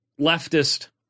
leftist